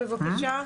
בבקשה.